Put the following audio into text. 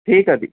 ठीकु आहे दी